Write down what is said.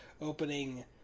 opening